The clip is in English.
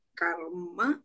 karma